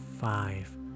five